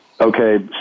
Okay